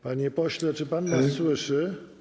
Panie pośle, czy pan mnie słyszy?